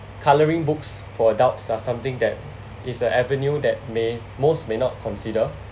colouring books for adults are something that is a avenue that may most may not consider